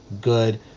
good